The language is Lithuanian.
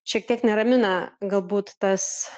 šiek tiek neramina galbūt tas